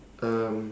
um